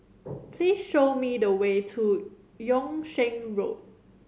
please show me the way to Yung Sheng Road